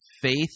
faith